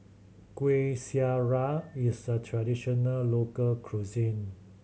Kuih Syara is a traditional local cuisine